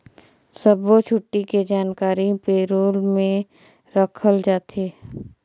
सब्बो छुट्टी के जानकारी पे रोल में रखल जाथे